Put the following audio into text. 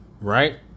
right